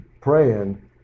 praying